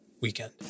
weekend